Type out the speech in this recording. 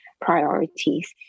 priorities